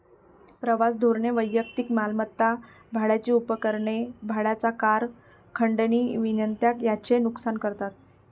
प्रवास धोरणे वैयक्तिक मालमत्ता, भाड्याची उपकरणे, भाड्याच्या कार, खंडणी विनंत्या यांचे नुकसान करतात